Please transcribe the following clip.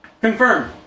confirm